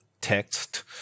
text